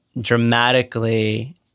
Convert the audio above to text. dramatically